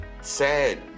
sad